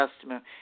customer